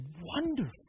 wonderful